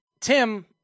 Tim